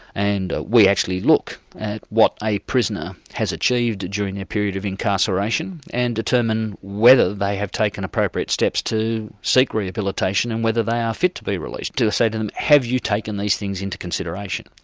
and we actually look at what a prisoner has achieved during their period of incarceration, and determine whether they have taken appropriate steps to seek rehabilitation and whether they are fit to be released. to say to them, have you taken these things into consideration?